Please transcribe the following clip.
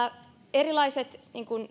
erilaiset